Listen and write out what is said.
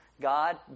God